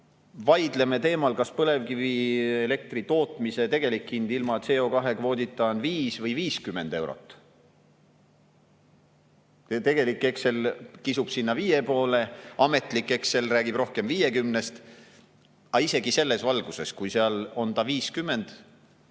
vaidleme teemal, kas põlevkivielektri tootmise tegelik hind ilma CO2‑kvoodita on 5 või 50 eurot, siis tegelik Excel kisub sinna 5 poole, ametlik Excel räägib rohkem 50‑st. Aga isegi selles valguses, kui see on 50,